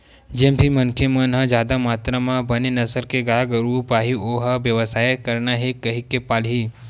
जेन भी मनखे मन ह जादा मातरा म बने नसल के गाय गरु पालही ओ ह बेवसायच करना हे कहिके पालही